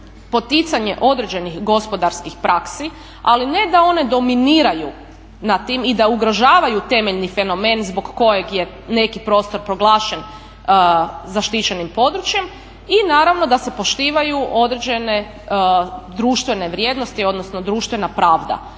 poticanje određenih gospodarskih praksi ali ne da one dominiraju na tim i da ugrožavaju temeljni fenomen zbog kojeg je neki prostor proglašen zaštićenim područjem i naravno da se poštivanju određene društvene vrijednosti odnosno društvena pravda